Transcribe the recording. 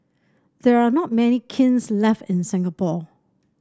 there are not many kilns left in Singapore